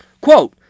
quote